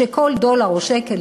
שכל דולר או שקל,